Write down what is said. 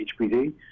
HPD